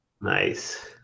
Nice